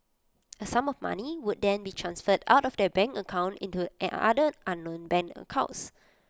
A sum of money would then be transferred out of their bank account into an other unknown bank accounts